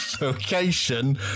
Location